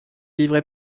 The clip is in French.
livrer